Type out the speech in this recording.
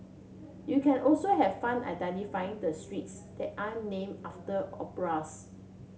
you can also have fun identifying the streets that an named after